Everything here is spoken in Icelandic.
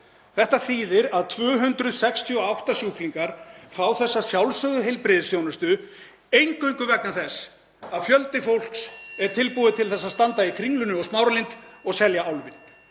Þetta þýðir að 268 sjúklingar fá þessa sjálfsögðu heilbrigðisþjónustu eingöngu vegna þess að fjöldi fólks er tilbúið til að standa í Kringlunni og Smáralind og selja álfinn.